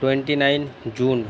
twenty nine June